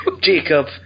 Jacob